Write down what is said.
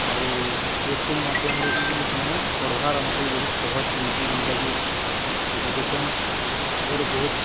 ଆରୁ ୟୁଟ୍ୟୁବ ମାଧ୍ୟମରେ କି ଜିନିଷ୍ ମାନେ ପଢ଼ବାର୍ ଆମକୁ ବହୁତ ସହଜ ହେଇଛି ଯେନ୍ଟାକି ଏଜୁକେସନ୍ ଆଗରୁ ବହୁତ